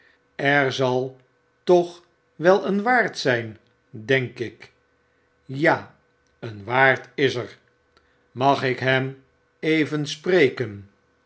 er zal toch wel een waard zjjn denk ik ja een waard is er magikhem even spreken